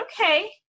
okay